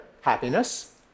happiness